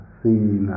seen